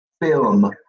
film